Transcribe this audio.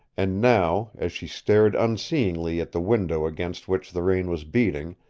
and now, as she stared unseeingly at the window against which the rain was beating,